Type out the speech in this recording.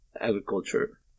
agriculture